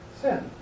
sin